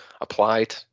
applied